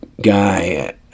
guy